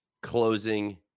closing